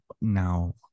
now